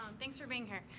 thanks for being here.